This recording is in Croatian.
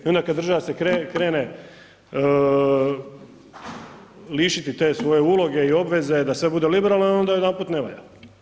I onda kada država se krene lišiti te svoje uloge i obveze da sve bude liberalno i onda najedanput ne valja.